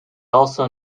also